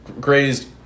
grazed